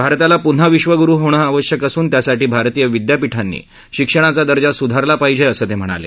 भारताला प्न्हा विश्वग्रु होणं आवश्यक असून त्यासाठी भारतीय विदयापिठांनी शिक्षणाचा दर्जा सुधारला पाहिजे असं त्यांनी सांगितलं